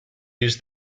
use